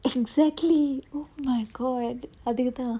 exactly oh my god அதுக்கு தான்:athukku thaan